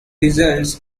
results